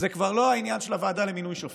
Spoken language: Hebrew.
זה כבר לא העניין של הוועדה למינוי שופטים.